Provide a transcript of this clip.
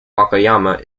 wakayama